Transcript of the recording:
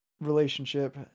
relationship